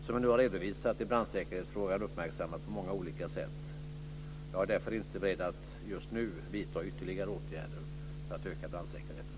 Som jag nu har redovisat är brandsäkerhetsfrågan uppmärksammad på olika sätt. Jag är därför inte beredd att nu vidta ytterligare åtgärder för att öka brandsäkerheten.